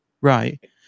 right